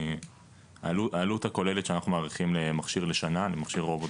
העלות הכוללת שאנחנו מעריכים למכשיר רובוט